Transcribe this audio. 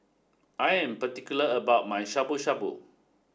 I am particular about my Shabu Shabu